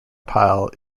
pile